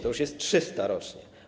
To już jest 300 rocznie.